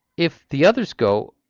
if the others go,